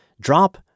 drop